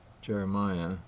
Jeremiah